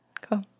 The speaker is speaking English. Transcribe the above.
Cool